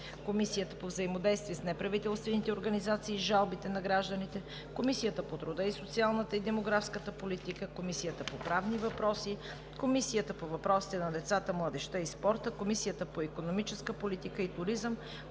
Комисията по взаимодействие с неправителствените организации и жалбите на гражданите; Комисията по труда, социалната и демографската политика; Комисията по правни въпроси; Комисията по въпросите на децата, младежта и спорта; Комисията по икономическа политика и туризъм;